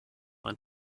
ein